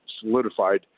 solidified